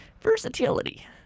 Versatility